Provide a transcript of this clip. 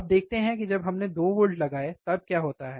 अब देखते हैं कि जब हमने 2 वोल्ट लगाए तब क्या होता है